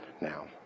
now